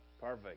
perfect